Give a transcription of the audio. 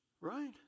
Right